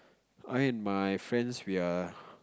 I and my friends we are